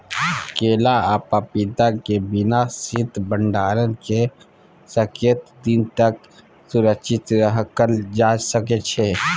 केला आ पपीता के बिना शीत भंडारण के कतेक दिन तक सुरक्षित रखल जा सकै छै?